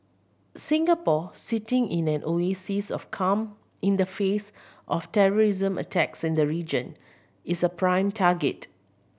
Singapore sitting in an oasis of calm in the face of terrorism attacks in the region is a prime target